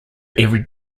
every